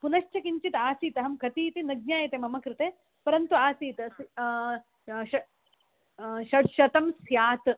पुनश्च किञ्चित् आसीत् अहं कति इति न ज्ञायते मम कृते परन्तु आसीत् ष षड्शतं स्यात्